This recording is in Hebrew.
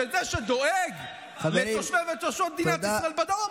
זה שדואג לתושבי ותושבות מדינת ישראל בדרום,